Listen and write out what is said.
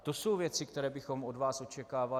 To jsou věci, které bychom od vás očekávali.